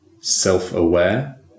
self-aware